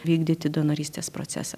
vykdyti donorystės procesą